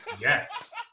yes